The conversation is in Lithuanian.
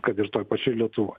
kad ir toj pačioj lietuvoj